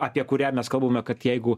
apie kurią mes kalbame kad jeigu